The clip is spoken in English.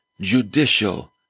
judicial